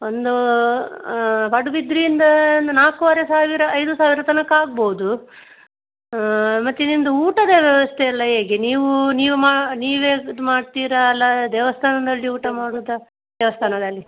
ಒಂದು ಹಾಂ ಪಡುಬಿದ್ರಿಯಿಂದ ಒಂದು ನಾಲ್ಕುವರೆ ಸಾವಿರ ಐದು ಸಾವಿರ ತನಕ ಆಗ್ಬೋದು ಮತ್ತೆ ನಿಮ್ಮದು ಊಟದ ವ್ಯವಸ್ಥೆ ಎಲ್ಲ ಹೇಗೆ ನೀವು ನೀವು ಮಾ ನೀವೇ ಇದು ಮಾಡ್ತೀರಾ ಅಲ್ಲ ದೇವಸ್ಥಾನದಲ್ಲಿ ಊಟ ಮಾಡೋದಾ ದೇವಸ್ಥಾನದಲ್ಲಿ